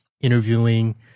interviewing